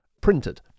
printed